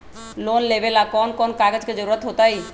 Loan लेवेला कौन कौन कागज के जरूरत होतई?